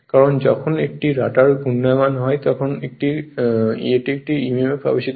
কারণ যখন একটি রোটার ঘূর্ণায়মান হয় তখন এটি একটি emf আবেশিত করে